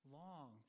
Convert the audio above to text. long